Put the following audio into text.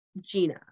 Gina